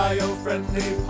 Bio-Friendly